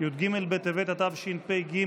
י"ג בטבת התשפ"ג,